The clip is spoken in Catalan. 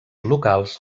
locals